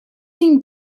seem